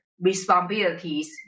responsibilities